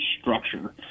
structure